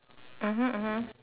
mmhmm mmhmm